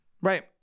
Right